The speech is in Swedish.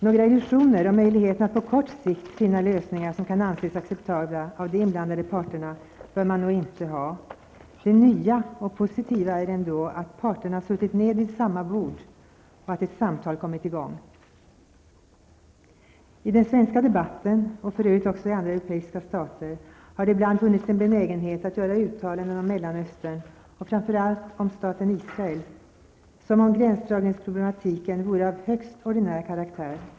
Några illusioner om möjligheten att på kort sikt finna lösningar som kan anses acceptabla av de inblandade parterna bör man nog inte ha. Det nya och positiva är ändå att parterna suttit vid samma bord och att ett samtal kommit i gång. I den svenska debatten, och för övrigt också i andra europeiska stater, har det ibland funnits en benägenhet att göra uttalanden om Mellanöstern, och framför allt om staten Israel, som om gränsdragningsproblematiken vore av högst ordinär karaktär.